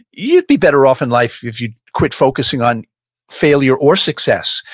you'd be better off in life if you quit focusing on failure or success.